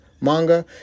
manga